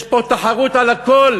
יש פה תחרות על הקול,